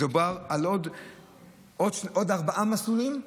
מדובר על ארבעה מסלולים,